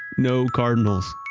no cardinals.